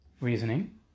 reasoning